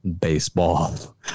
baseball